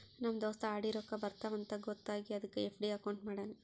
ನಮ್ ದೋಸ್ತ ಆರ್.ಡಿ ರೊಕ್ಕಾ ಬರ್ತಾವ ಅಂತ್ ಗೊತ್ತ ಆಗಿ ಅದಕ್ ಎಫ್.ಡಿ ಅಕೌಂಟ್ ಮಾಡ್ಯಾನ್